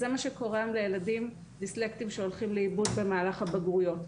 זה מה שקורה היום לילדים דיסלקטים שהולכים לאיבוד במהלך הבגרויות.